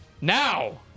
Now